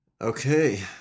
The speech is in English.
Okay